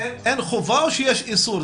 אין חובה או שיש איסור?